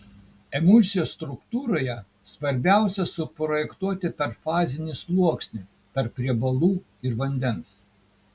emulsijos struktūroje svarbiausia suprojektuoti tarpfazinį sluoksnį tarp riebalų ir vandens